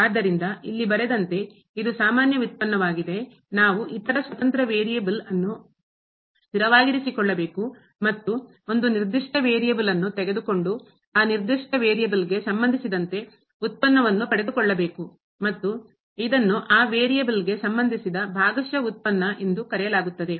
ಆದ್ದರಿಂದ ಇಲ್ಲಿ ಬರೆದಂತೆ ಇದು ಸಾಮಾನ್ಯ ವ್ಯುತ್ಪನ್ನವಾಗಿದೆ ನಾವು ಇತರ ಸ್ವತಂತ್ರ ವೇರಿಯೇಬಲ್ ಅನ್ನು ಸ್ಥಿರವಾಗಿರಿಸಿಕೊಳ್ಳಬೇಕು ಮತ್ತು ಒಂದು ನಿರ್ದಿಷ್ಟ ವೇರಿಯೇಬಲ್ ಅನ್ನು ತೆಗೆದುಕೊಂಡು ಆ ನಿರ್ದಿಷ್ಟ ವೇರಿಯೇಬಲ್ಗೆ ಸಂಬಂಧಿಸಿದಂತೆ ಉತ್ಪನ್ನವನ್ನು ಪಡೆದುಕೊಳ್ಳಬೇಕು ಮತ್ತು ಇದನ್ನು ಆ ವೇರಿಯೇಬಲ್ಗೆ ಸಂಬಂಧಿಸಿದ ಭಾಗಶಃ ಉತ್ಪನ್ನ ಪಾರ್ಷಿಯಲ್ ಡಿರವೇಟ್ಯೂ ಎಂದು ಕರೆಯಲಾಗುತ್ತದೆ